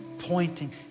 Pointing